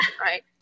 right